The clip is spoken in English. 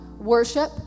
worship